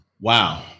Wow